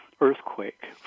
earthquake